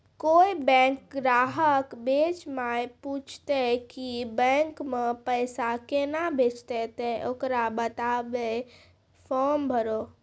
कोय बैंक ग्राहक बेंच माई पुछते की बैंक मे पेसा केना भेजेते ते ओकरा बताइबै फॉर्म भरो